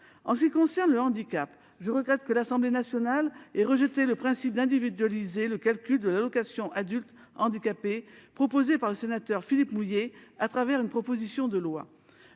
En ce qui concerne le handicap, je regrette que l'Assemblée nationale ait rejeté le principe de l'individualisation du calcul de l'allocation aux adultes handicapés AAH, proposé par le sénateur Philippe Mouiller à travers une proposition de loi.